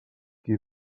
qui